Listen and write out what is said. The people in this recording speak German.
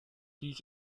dies